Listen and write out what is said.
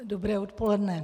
Dobré odpoledne.